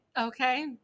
okay